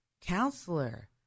counselor